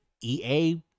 EA